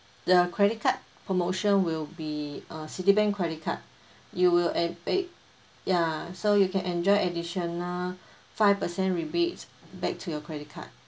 the credit card promotion will be uh Citibank credit card you will en~ e~ yeah so you can enjoy additional five percent rebates back to your credit card